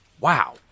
Wow